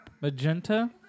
magenta